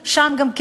שאמרתי,